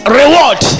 reward